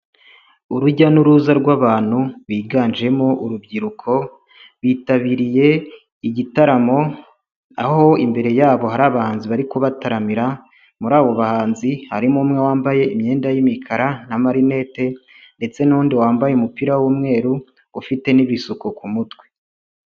Urujya n'uruza rw'abantu biganjemo urubyiruko bitabiriye igitaramo aho imbere yabo hari abahanzi bari kubataramira muri abo bahanzi harimo umwe wambaye imyenda y'imikara n'amarinete ndetse n'uwundi wambaye umupira w'umweru ufite n'ibisuko ku mutwe.